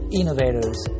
innovators